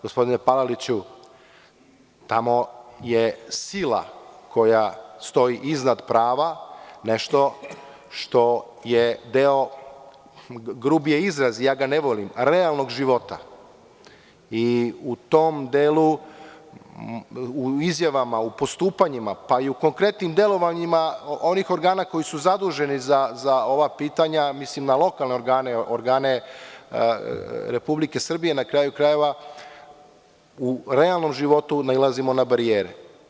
Gospodine Palaliću, tamo je sila koja stoji iznad prava nešto što je deo, grublji je izraz i ja ga ne volim, realnog života i u tom delu, u izjavama i u postupanjima, pa i konkretnim delovanjima onih organa koji su zaduženi za ova pitanja, mislim na lokalne organe, organe Republike Srbije na kraju krajeva, u realnom životu nailazimo na barijere.